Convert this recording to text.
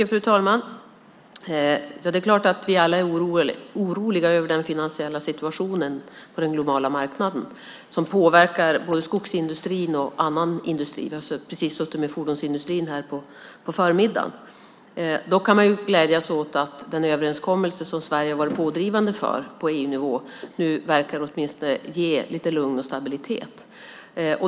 Fru talman! Det är klart att vi alla är oroliga över den finansiella situationen på den globala marknaden som påverkar både skogsindustrin och annan industri. Vi har precis suttit med fordonsindustrin här på förmiddagen. Dock kan man glädja sig åt att den överenskommelse som Sverige har varit pådrivande för på EU-nivå nu verkar ge lite lugn och stabilitet.